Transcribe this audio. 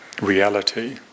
reality